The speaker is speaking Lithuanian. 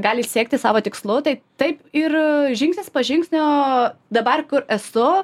gali siekti savo tikslų tai taip ir žingsnis po žingsnio dabar kur esu